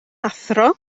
athro